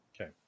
Okay